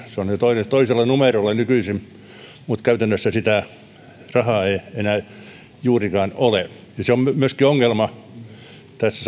se on jo toisella numerolla nykyisin mutta käytännössä sitä rahaa ei enää juurikaan ole se on myöskin ongelma tässä